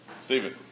Stephen